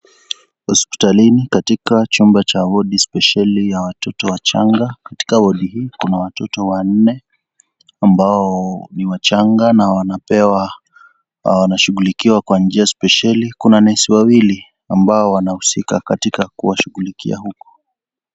Hospitalini katika Chumba cha wodi, spesheli ya watoto wachanga. Katika Wadi hii kuna watoto wanne ambao ni wachanga na wanapewa, wanaashugulikia kwa njia spesheli. Kuna nesi wawili ambao wanahusika katika kuwashugulikia huko.